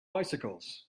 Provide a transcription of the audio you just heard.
bicycles